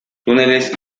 túneles